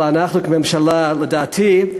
אלא אנחנו כממשלה, לדעתי,